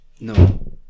No